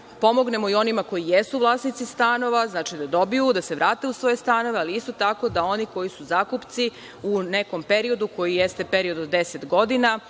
pomognemo i onima koji jesu vlasnici stanova, da dobiju i da se vrate u svoje stanove, ali, isto tako, da oni koji su zakupci u nekom periodu, koji jeste period od 10 godina,